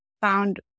found